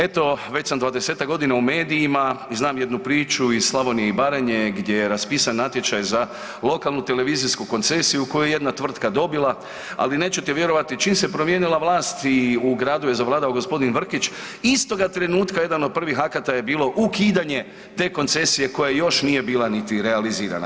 Eto već sam 20-ak godina u medijima i znam jednu priču iz Slavonije i Baranje gdje je raspisan natječaj za lokalnu televizijsku koncesiju koju je jedna tvrtka dobila, ali nećete vjerovati čim se promijenila vlast i u gradu je zavladao gospodin Vrkić, istoga trenutaka jedan od prvih akta je bilo ukidanje te koncesije koja još nije bila niti realizirana.